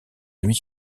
demi